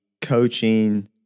coaching